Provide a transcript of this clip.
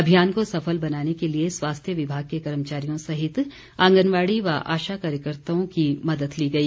अभियान को सफल बनाने के लिए स्वास्थ्य विभाग के कर्मचारियों सहित आंगनबाड़ी व आशा कार्यकर्ताओं की मदद ली गई